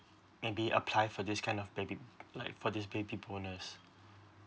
maybe apply for this kind of baby like for this baby bonus